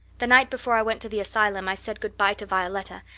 the night before i went to the asylum i said good-bye to violetta,